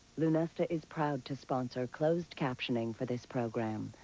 lunesta is proud to sponsor closed captioning for this program.